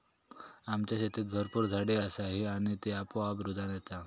आमच्या शेतीत भरपूर झाडी असा ही आणि ती आपोआप रुजान येता